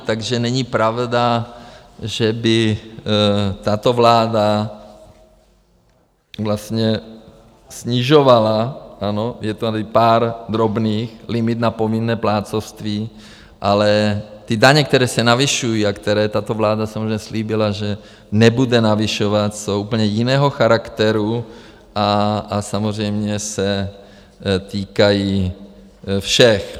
Takže není pravda, že by tato vláda vlastně snižovala, ano, je tady pár drobných, limit na povinné plátcovství, ale ty daně, které se navyšují a které tato vláda samozřejmě slíbila, že nebude navyšovat, jsou úplně jiného charakteru a samozřejmě se týkají všech.